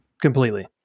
completely